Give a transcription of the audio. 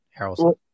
Harrelson